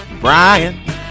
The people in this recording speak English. Brian